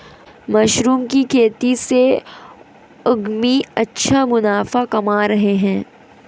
mushroom की खेती से उद्यमी अच्छा मुनाफा कमा रहे हैं